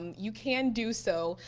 you can do so.